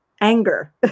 anger